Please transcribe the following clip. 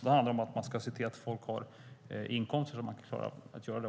Då handlar det om att se till att folk har inkomster så att de klarar att göra det.